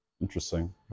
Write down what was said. Interesting